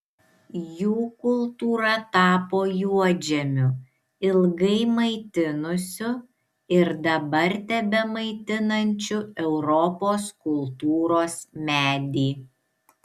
jų kultūra tapo juodžemiu ilgai maitinusiu ir dabar tebemaitinančiu europos kultūros medį